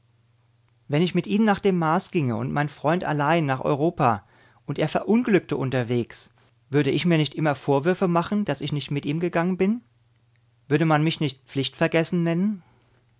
wenn ich mit ihnen nach dem mars ginge und mein freund allein nach europa und er verunglückte unterwegs würde ich mir nicht immer vorwürfe machen daß ich nicht mit ihm gegangen bin würde man mich nicht pflichtvergessen nennen